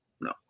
No